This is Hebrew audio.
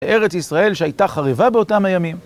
ארץ ישראל שהייתה חריבה באותם הימים.